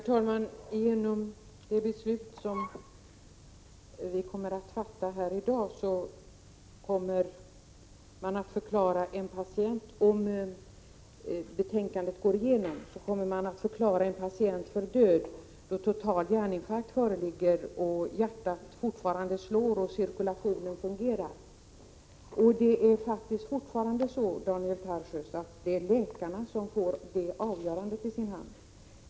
Herr talman! Om betänkandet går igenom kommer vi här i dag att fatta ett beslut, som medför att man kan förklara en patient för död då total hjärninfarkt föreligger, men hjärtat fortfarande slår och cirkulationen fungerar. Det är faktiskt fortfarande så, Daniel Tarschys, att det är läkarna som får det avgörandet i sin hand.